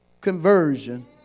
conversion